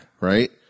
right